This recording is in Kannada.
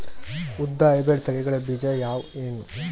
ಉದ್ದ ಹೈಬ್ರಿಡ್ ತಳಿಗಳ ಬೀಜ ಅವ ಏನು?